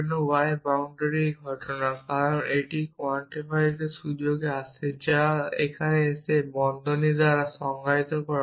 y বাউন্ডের এই ঘটনা কারণ এটি quantifies এর সুযোগে আসে যা এখানে বন্ধনী দ্বারা সংজ্ঞায়িত করা হয়